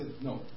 no